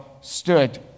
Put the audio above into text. stood